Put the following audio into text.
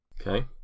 okay